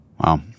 Wow